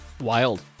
Wild